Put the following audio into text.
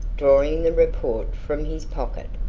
drawing the report from his pocket.